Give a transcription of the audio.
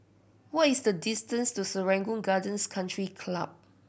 what is the distance to Serangoon Gardens Country Club